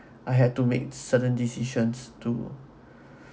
I had to make certain decisions to